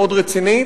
מאוד רצינית,